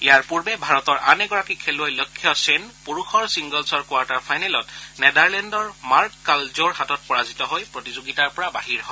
ইয়াৰ পূৰ্বে ভাৰতৰ আন এগৰাকী খেলুৱৈ লক্ষ্য সেন পুৰুষৰ ছিংগলছৰ কোৱাৰ্টাৰ ফাইনেলত নেডাৰলেণ্ডৰ মাৰ্ক কালজ'ৰ হাতত পৰাজিত হৈ প্ৰতিযোগিতাৰ পৰা বাহিৰ হয়